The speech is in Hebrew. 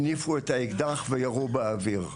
הניפו את האקדח וירו באוויר,